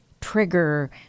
trigger